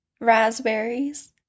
Raspberries